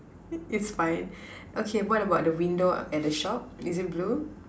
it is fine okay what about the window at the shop is it blue